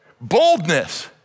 Boldness